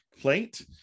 plate